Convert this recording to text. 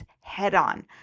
head-on